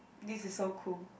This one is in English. this is so cool